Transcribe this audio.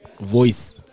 Voice